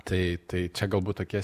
tai tai čia galbūt tokie